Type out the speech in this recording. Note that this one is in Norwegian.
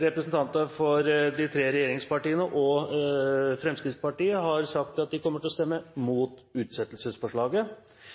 Representanter for de tre regjeringspartiene og Fremskrittspartiet